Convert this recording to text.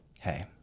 hey